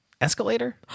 Escalator